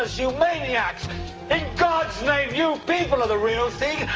ah you maniacs. in god's name, you people are the real thing,